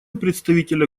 представителя